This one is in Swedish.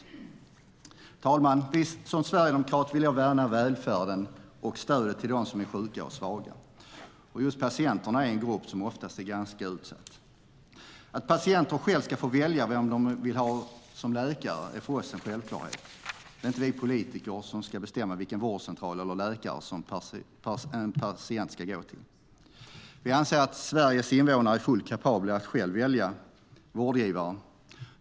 Herr talman! Som sverigedemokrat vill jag värna välfärden och stödet till dem som är sjuka och svaga. Just patienterna är en grupp som ofta är ganska utsatt. Att patienter själva ska få välja vem de vill ha som läkare är för oss en självklarhet. Det är inte vi politiker som ska bestämma vilken vårdcentral eller läkare en patient ska gå till. Vi anser att Sveriges invånare är fullt kapabla att själva välja vårdgivare.